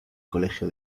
colegio